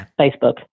Facebook